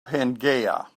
pangaea